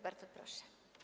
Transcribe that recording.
Bardzo proszę.